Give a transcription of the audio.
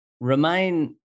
remain